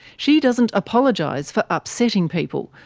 she doesn't apologise for upsetting people,